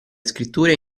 scritture